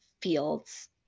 fields